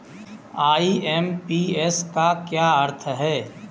IMPS का क्या अर्थ है?